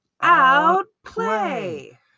outplay